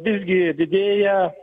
visgi didėja